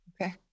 Okay